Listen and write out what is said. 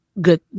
good